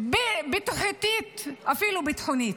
כלכלית, בטיחותית ואפילו ביטחונית.